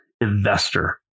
investor